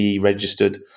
registered